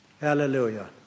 Hallelujah